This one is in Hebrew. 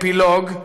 אפילוג",